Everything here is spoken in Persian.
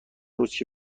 روزکه